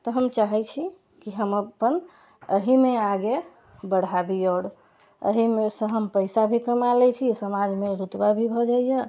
तऽ हम चाहै छी की हम अपन एहिमे आगे बढ़ाबी आओर अहिमेसँ हम पैसा भी कमा लै छी समाजमे रूतबा भी भऽ जाइए